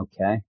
okay